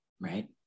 right